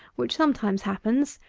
which sometimes happens,